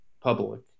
public